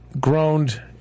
groaned